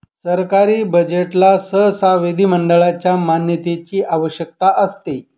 सरकारी बजेटला सहसा विधिमंडळाच्या मान्यतेची आवश्यकता असते